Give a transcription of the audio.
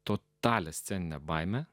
totalią sceninę baimę